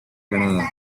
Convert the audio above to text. canadá